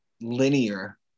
linear